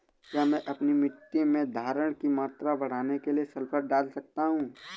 क्या मैं अपनी मिट्टी में धारण की मात्रा बढ़ाने के लिए सल्फर डाल सकता हूँ?